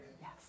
Yes